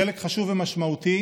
חלק חשוב ומשמעותי